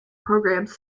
programs